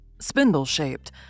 spindle-shaped